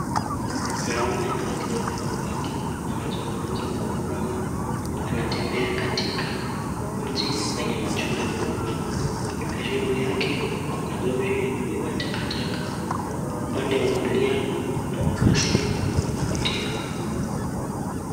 Mwanaume aliyebeba bagi anazungumza kwa rununu, anatembea katika mji wenye majumba ya ghorofa. Karibu yake kuna lori ya kubeba takataka. Upande wa kulia kuna mabasi ya kubeba abiria.